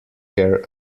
care